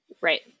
Right